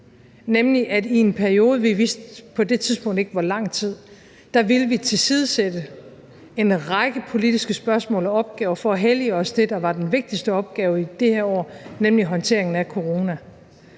nemlig at vi i en periode – på det tidspunkt vidste vi ikke hvor lang tid – ville tilsidesætte en række politiske spørgsmål og opgaver for at hellige os det, der var den vigtigste opgave i det her år, nemlig håndteringen af corona.